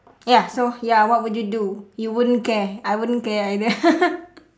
ya so ya what would you do you won't care I won't care either